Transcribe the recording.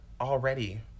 already